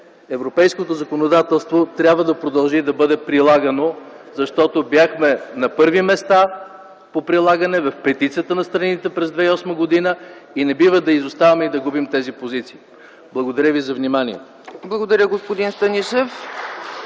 европейското законодателство трябва да продължи да бъде прилагано, защото бяхме на първи места по прилагане, в петицата на страните през 2008 г. и не бива да изоставаме и да губим тези позиции. Благодаря ви за вниманието.